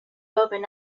open